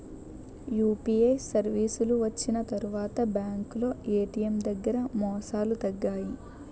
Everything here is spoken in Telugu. యూపీఐ సర్వీసులు వచ్చిన తర్వాత బ్యాంకులో ఏటీఎం దగ్గర మోసాలు తగ్గాయి